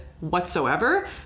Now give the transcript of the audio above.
whatsoever